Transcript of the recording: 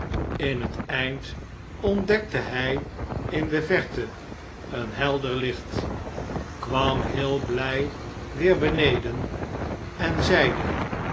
in t eind ontdekte hij in de verte een helder licht kwam heel blij weêr beneden en zeide